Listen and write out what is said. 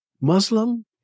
Muslim